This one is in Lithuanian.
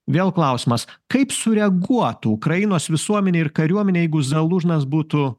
vėl klausimas kaip sureaguotų ukrainos visuomenė ir kariuomenė jeigu zalūžnas būtų